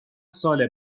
سال